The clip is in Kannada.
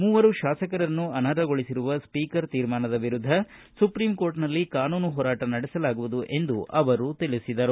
ಮೂವರು ಶಾಸಕರನ್ನು ಅನರ್ಹಗೊಳಿಸಿರುವ ಸ್ಪೀಕರ್ ತೀರ್ಮಾನದ ವಿರುದ್ದ ಸುಪ್ರೀಂಕೋರ್ಟ್ನಲ್ಲಿ ಕಾನೂನು ಹೋರಾಟ ನಡೆಸಲಾಗುವುದು ಎಂದು ಅವರು ತಿಳಿಸಿದರು